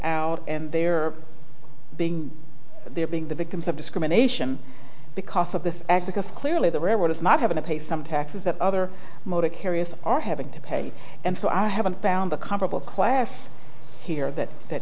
out and they are being they're being the victims of discrimination because of this act because clearly the railroad is not having a paid some taxes that other motor carriers are having to pay and so i haven't found a comparable class here that that